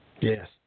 Yes